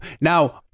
now